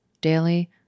daily